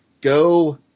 go